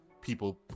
people